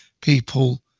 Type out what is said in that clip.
people